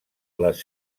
les